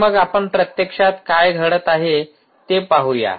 तर मग आपण प्रत्यक्षात काय घडत आहे ते पाहूया